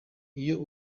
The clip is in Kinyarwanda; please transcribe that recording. iyo